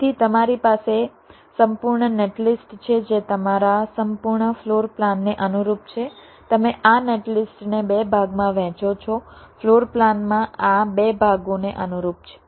તેથી તમારી પાસે સંપૂર્ણ નેટલિસ્ટ છે જે તમારા સંપૂર્ણ ફ્લોર પ્લાનને અનુરૂપ છે તમે આ નેટલિસ્ટને બે ભાગમાં વહેંચો છો ફ્લોર પ્લાનમાં આ બે ભાગોને અનુરૂપ છે